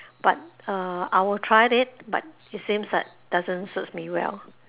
but uh I will try it but it seems like doesn't suits me well